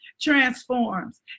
transforms